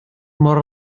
môr